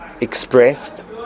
expressed